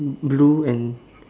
blue and